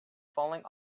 falling